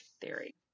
Theory